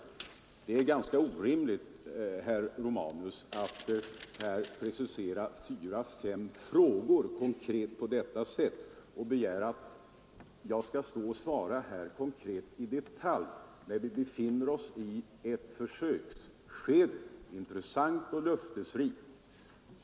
Det är ganska orimligt, herr Romanus, att här precisera fyra frågor och begära att jag skall stå och svara konkret i detalj, när vi ännu så länge befinner oss i ett intressant försöksskede.